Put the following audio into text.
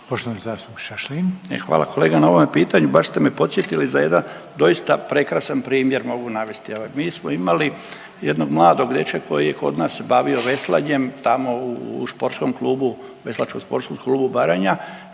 Hvala kolega na ovome pitanju, baš ste me podsjetili za jedan doista prekrasan primjer mogu navesti. Mi smo imali jednog mladog dečka koji se kod nas bavio veslanjem tamo u Veslačkom sportskom klubu Baranja